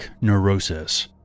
neurosis